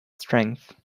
strength